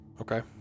Okay